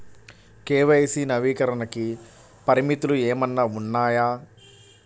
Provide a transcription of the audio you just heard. KYC నవీకరణకి పరిమితులు ఏమన్నా ఉన్నాయా?